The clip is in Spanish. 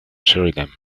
sheridan